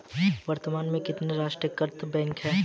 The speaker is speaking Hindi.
वर्तमान में कितने राष्ट्रीयकृत बैंक है?